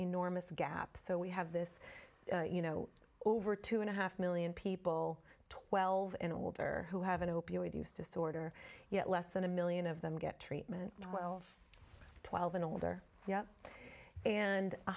enormous gap so we have this you know over two and a half million people twelve and older who have an opioid use disorder yet less than a million of them get treatment twelve twelve and older yup and